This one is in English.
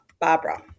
Barbara